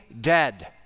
dead